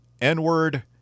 N-word